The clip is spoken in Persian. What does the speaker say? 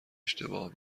اشتباه